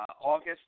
August